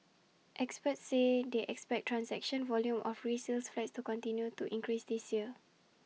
experts say they expect transaction volume of resale flats to continue to increase this year